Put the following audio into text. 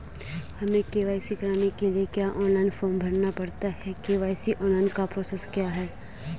हमें के.वाई.सी कराने के लिए क्या ऑनलाइन फॉर्म भरना पड़ता है के.वाई.सी ऑनलाइन का प्रोसेस क्या है?